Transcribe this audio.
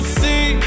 see